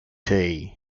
tea